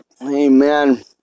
Amen